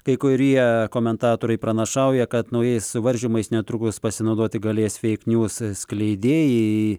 kai kurie komentatoriai pranašauja kad naujais suvaržymais netrukus pasinaudoti galės feik nius skleidėjai